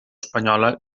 espanyola